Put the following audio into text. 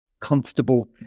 comfortable